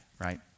right